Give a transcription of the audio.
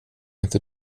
inte